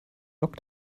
log